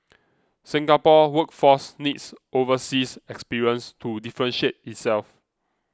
Singapore's workforce needs overseas experience to differentiate itself